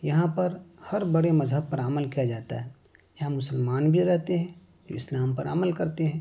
یہاں پر ہر بڑے مذہب پر عمل کیا جاتا ہے یہاں مسلمان بھی رہتے ہیں اسلام پر عمل کرتے ہیں